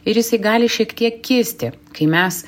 ir jisai gali šiek tiek kisti kai mes